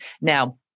Now